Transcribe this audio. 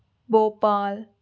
Bhopal